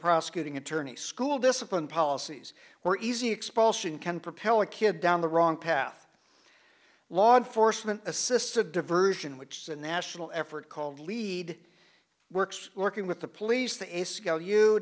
prosecuting attorney school discipline policies were easy expulsion can propel a kid down the wrong path law enforcement assisted diversion which the national effort called lead works working with the police t